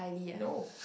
no